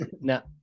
now